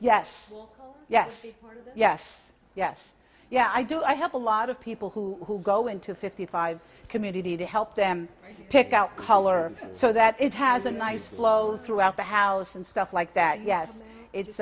yes yes yes yes yes i do i have a lot of people who go into fifty five community to help them pick out color so that it has a nice flow throughout the house and stuff like that yes